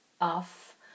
off